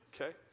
Okay